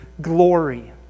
glory